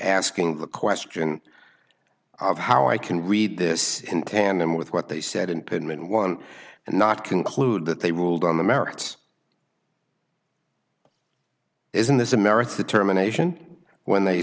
asking the question of how i can read this in tandem with what they said in pitman one and not conclude that they ruled on the merits isn't this the merits the terminations when they